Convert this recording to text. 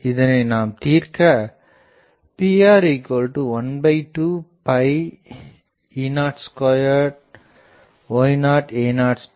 இதனை நாம் தீர்க்க Pr12E02 y0a2